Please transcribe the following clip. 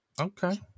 Okay